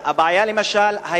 למשל,